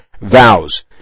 vows